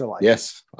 Yes